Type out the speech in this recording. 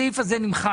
הסעיף הזה נמחק.